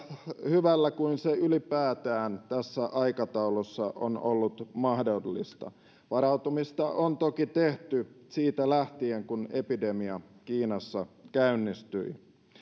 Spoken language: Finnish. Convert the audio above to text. kuin se ylipäätään tässä aikataulussa on ollut mahdollista varautumista on toki tehty siitä lähtien kun epidemia kiinassa käynnistyi